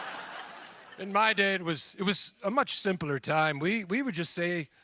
in my day, it was it was a much simpler time. we we would just say,